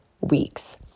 weeks